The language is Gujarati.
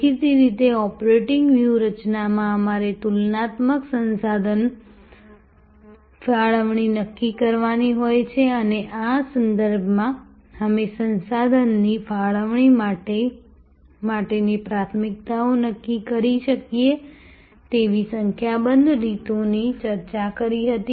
દેખીતી રીતે ઓપરેટિંગ વ્યૂહરચનામાં અમારે તુલનાત્મક સંસાધન ફાળવણી નક્કી કરવાની હોય છે અને આ સંદર્ભમાં અમે સંસાધનની ફાળવણી માટેની પ્રાથમિકતાઓ નક્કી કરી શકીએ તેવી સંખ્યાબંધ રીતોની ચર્ચા કરી હતી